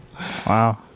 Wow